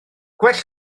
gwell